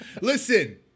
Listen